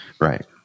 Right